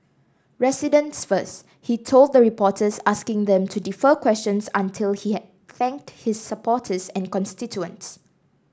residents first he told the reporters asking them to defer questions until after he had thanked his supporters and constituents